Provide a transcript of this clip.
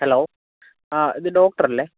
hello ആ ഇത് doctor അല്ലേ